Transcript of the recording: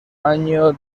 año